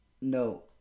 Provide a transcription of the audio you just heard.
No